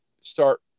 start